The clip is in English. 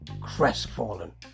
crestfallen